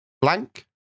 Blank